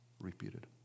repeated